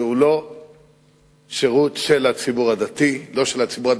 זהו לא שירות של הציבור הדתי-לאומי,